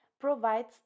provides